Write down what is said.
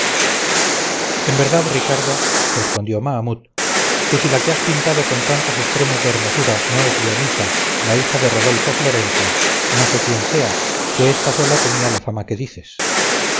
en verdad ricardo respondió mahamut que si la que has pintado con tantos estremos de hermosura no es leonisa la hija de rodolfo florencio no sé quién sea que ésta sola tenía la fama que dices